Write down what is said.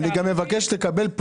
ועדכון רגולציה, תביא לזה.